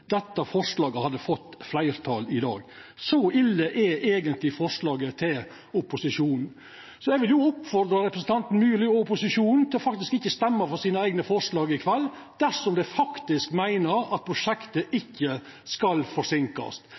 dette forslaget får fleirtal i dag. Så ille er eigentleg forslaget frå opposisjonen. Så eg vil oppfordra representanten Myrli og opposisjonen til ikkje å stemma for sine eigne forslag i kveld dersom dei faktisk meiner at prosjektet ikkje skal